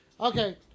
Okay